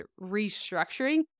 restructuring